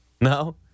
No